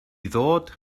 ddod